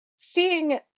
seeing